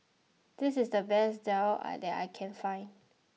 this is the best Daal that I can find